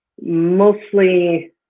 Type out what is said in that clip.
mostly